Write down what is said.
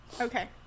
Okay